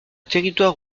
territoire